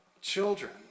children